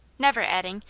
never adding,